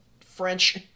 French